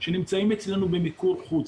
שנמצאים אצלנו במיקור חוץ.